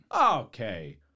Okay